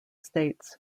states